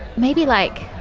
maybe like